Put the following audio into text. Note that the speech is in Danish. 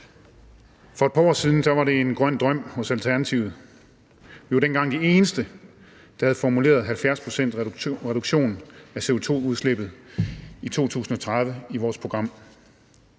For et par år siden var det en grøn drøm i Alternativet. Vi var dengang de eneste, der havde formuleret et mål på en reduktion af CO₂-udslippet på 70 pct. i 2030 i vores program.